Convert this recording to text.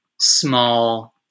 small